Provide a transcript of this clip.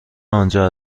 آنجا